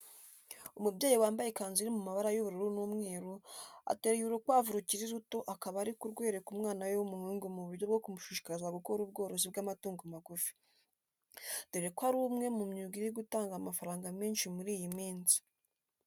Umubyeyi wambaye ikanzu iri mu mabara y'ubururu n'umweru, ateruye urukwavu rukiri ruto akaba ari kurwereka umwana we w'umuhungu mu buryo bwo kumushishikariza gukora ubworozi bw'amatungo magufi, dore ko ari umwe mu myuga iri gutanga amafaranga menshi muri iyi minsi.